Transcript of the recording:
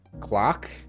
Clock